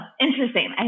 interesting